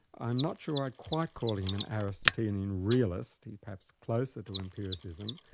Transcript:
i'm not sure i quite call him an aristotelian realist, he's perhaps closer to empiricism.